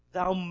Thou